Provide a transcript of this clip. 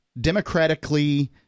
democratically